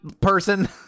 person